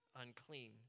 unclean